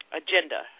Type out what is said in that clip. agenda